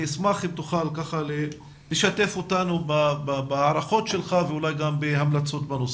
אשמח אם תוכל לשתף אותנו בהערכות שלך ואולי גם בהמלצות בנושא.